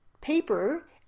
paper